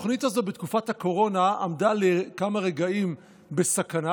בתקופת הקורונה התוכנית הזאת עמדה לכמה רגעים בסכנה,